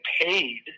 paid